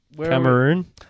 Cameroon